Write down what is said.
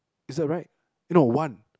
is that right eh no one